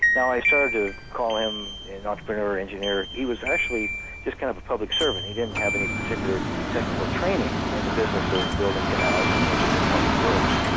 now i started to call him an entrepreneur or engineer. he was actually just kind of a public servant, he didn't have any particular technical training in the business of building canals or any sort of public works.